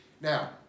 Now